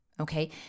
Okay